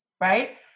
right